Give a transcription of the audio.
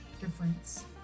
difference